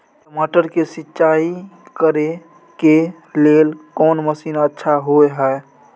टमाटर के सिंचाई करे के लेल कोन मसीन अच्छा होय है